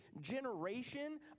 generation